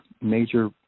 major